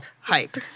Hype